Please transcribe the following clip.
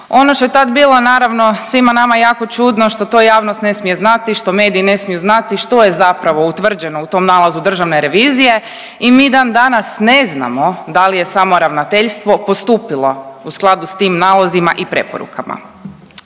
Ono što je tad bilo naravno svima nama jako čudno što to javnost ne smije znati, što mediji ne smiju znati što je zapravo utvrđeno u tom nalazu državne revizije i mi dan danas ne znamo da li je samo ravnateljstvo postupilo u skladu s tim nalazima i preporukama.